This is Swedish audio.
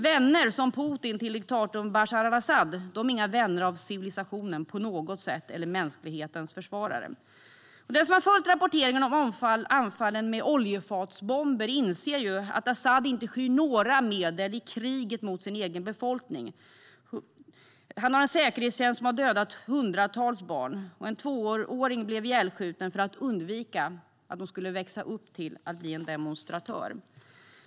Vänner som Putin till diktatorn Bashar al-Asad är inga vänner av civilisationen på något sätt eller mänsklighetens försvarare. Den som har följt rapporteringen om anfallen med oljefatsbomber inser att Asad inte skyr några medel i kriget mot sin egen befolkning. Han har en säkerhetstjänst som har dödat hundratals barn. En tvååring blev ihjälskjuten för att undvika att barnet skulle växa upp till att bli en demonstrant.